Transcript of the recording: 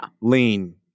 Lean